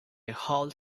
whole